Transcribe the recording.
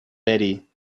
betty